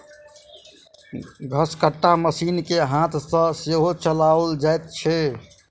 घसकट्टा मशीन के हाथ सॅ सेहो चलाओल जाइत छै